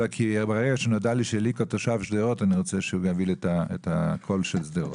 כי אני רוצה שהוא יביע את הקול של שדרות.